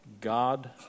God